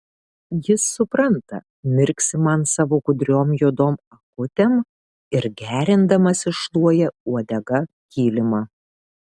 jis supranta mirksi man savo gudriom juodom akutėm ir gerindamasis šluoja uodega kilimą